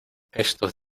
estos